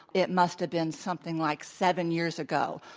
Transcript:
it must have been something like seven years ago.